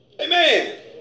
Amen